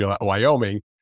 Wyoming